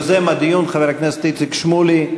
אדוני, יוזם הדיון, חבר הכנסת איציק שמולי.